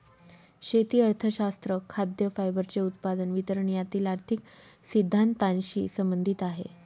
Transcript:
शेती अर्थशास्त्र खाद्य, फायबरचे उत्पादन, वितरण यातील आर्थिक सिद्धांतानशी संबंधित आहे